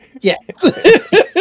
Yes